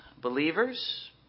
believers